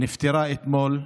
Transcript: נפטרה אתמול,